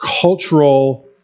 cultural